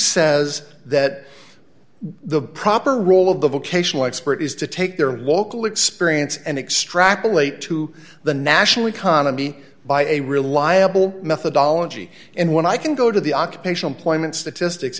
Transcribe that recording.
says that the proper role of the vocational expert is to take their local experience and extrapolate to the national economy by a reliable methodology and when i can go to the occupation employment statistics